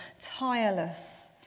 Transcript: tireless